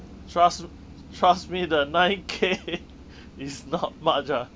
trust trust me the nine K is not much ah